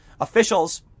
Officials